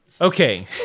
okay